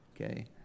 Okay